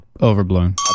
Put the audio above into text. Overblown